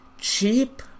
cheap